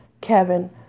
Kevin